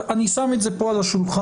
אני שם את זה פה על השולחן.